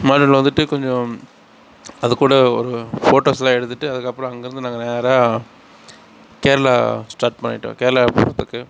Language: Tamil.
மாட்டு வண்டியில் வந்துட்டு கொஞ்சம் அது கூட ஒரு ஃபோட்டோஸ்லாம் எடுத்துட்டு அதுக்கப்புறம் அங்கேருந்து நாங்கள் நேராக கேரளா ஸ்டார்ட் பண்ணிட்டோம் கேரளா போகிறதுக்கு